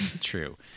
true